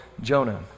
Jonah